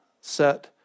set